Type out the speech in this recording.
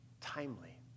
timely